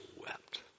wept